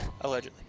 Allegedly